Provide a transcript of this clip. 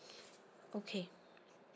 okay